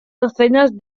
docenas